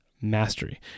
mastery